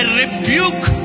rebuke